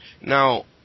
Now